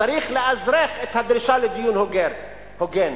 צריך לאזרח את הדרישה לדיור הוגן,